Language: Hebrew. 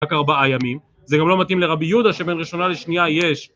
רק ארבעה ימים, זה גם לא מתאים לרבי יהודה שבין ראשונה לשנייה יש